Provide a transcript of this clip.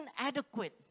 inadequate